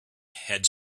had